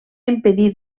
impedir